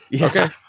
Okay